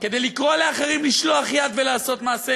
כדי לקרוא לאחרים לשלוח יד ולעשות מעשה,